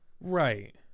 Right